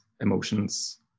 emotions